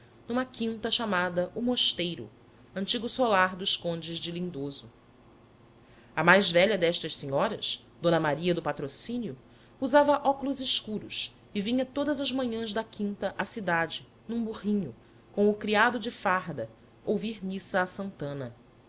numa quinta chamada o mosteiro antigo solar dos condes de lindoso a mais velha destas senhoras d maria do patrocínio usava óculos escuros e vinha todas as manhãs da quinta a cidade num burrinho com o criado de farda ouvir missa a santana